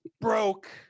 broke